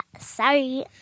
sorry